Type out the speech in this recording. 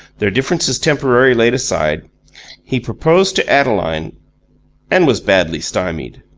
their differences temporarily laid aside he proposed to adeline and was badly stymied.